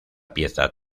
pieza